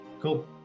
Cool